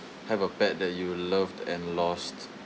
have a pet that you loved and lost